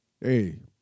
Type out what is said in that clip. Hey